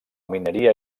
mineria